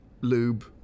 Lube